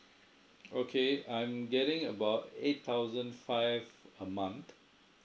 okay I'm getting about eight thousand five a month